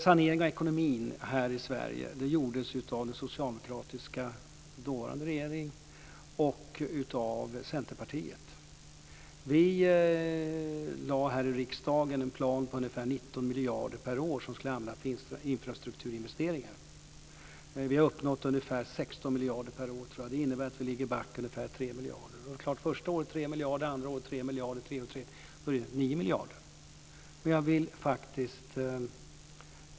Saneringen av ekonomin här i Sverige gjordes av den socialdemokratiska dåvarande regeringen och av Centerpartiet. Vi lade i riksdagen fram en plan på ungefär 19 miljarder per år som skulle användas för infrastrukturinvesteringar. Vi har uppnått ungefär 16 miljarder per år. Det innebär att vi ligger back ungefär 3 miljarder. Det första året är det 3 miljarder, det andra året är det 3 miljarder och det tredje året är det 3 miljarder. Det blir 9 miljarder.